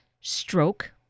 Stroke